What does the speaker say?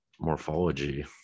morphology